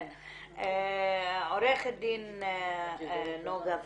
עורכת דין נוגה ויזל,